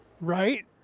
Right